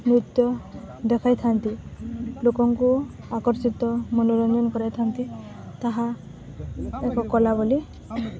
ନୃତ୍ୟ ଦେଖାଇଥାନ୍ତି ଲୋକଙ୍କୁ ଆକର୍ଷିତ ମନୋରଞ୍ଜନ କରାଇଥାନ୍ତି ତାହା ଏର କଳା ବୋଲି